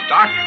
Doc